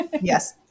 yes